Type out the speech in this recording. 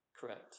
correct